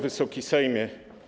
Wysoki Sejmie!